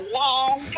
long